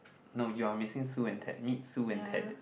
no you are missing Sue and Ted meet Sue and Ted